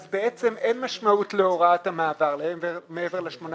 אין משמעות להוראת המעבר מעבר ל-18